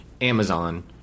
amazon